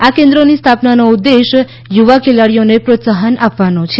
આ કેન્દ્રોની સ્થાપનાનો ઉદેશ યુવા ખેલાડીઓને પ્રોત્સાહન આપવાનો છે